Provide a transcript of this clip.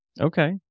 Okay